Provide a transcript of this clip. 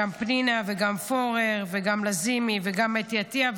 גם פנינה וגם פורר וגם לזימי וגם אתי עטייה.